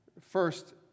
first